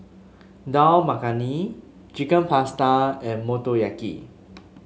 Dal Makhani Chicken Pasta and Motoyaki